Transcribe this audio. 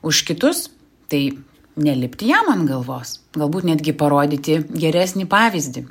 už kitus tai nelipti jam ant galvos galbūt netgi parodyti geresnį pavyzdį